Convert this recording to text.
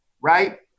right